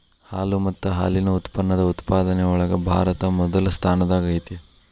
ಹಾಲು ಮತ್ತ ಹಾಲಿನ ಉತ್ಪನ್ನದ ಉತ್ಪಾದನೆ ಒಳಗ ಭಾರತಾ ಮೊದಲ ಸ್ಥಾನದಾಗ ಐತಿ